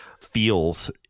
feels